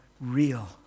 real